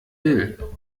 will